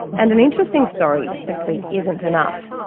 and an interesting story simply isn't enough.